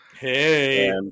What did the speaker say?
Hey